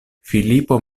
filipo